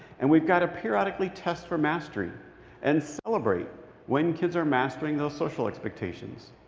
and we've got to periodically test for mastery and celebrate when kids are mastering those social expectations.